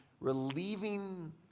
relieving